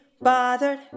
bothered